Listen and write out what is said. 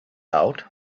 out